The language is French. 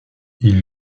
ils